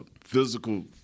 physical